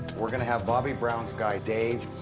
we're going to have bobby brown's guy, dave,